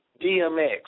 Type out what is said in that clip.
DMX